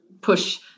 push